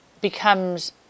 becomes